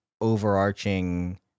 overarching